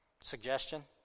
Suggestion